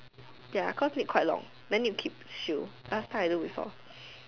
ya cause need quite long then need to keep tissue last time I do before